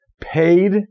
paid